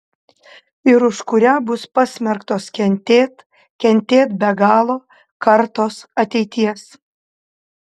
ir už kurią bus pasmerktos kentėt kentėt be galo kartos ateities